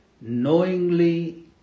Knowingly